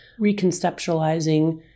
reconceptualizing